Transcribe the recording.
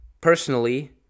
personally